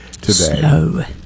today